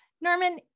Norman